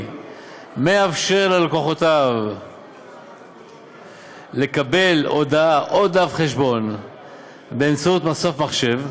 מאפשר ללקוחותיו לקבל הודעה או דף חשבון באמצעות מסוף מחשב,